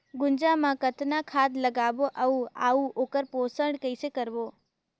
गुनजा मा कतना खाद लगाबो अउ आऊ ओकर पोषण कइसे करबो?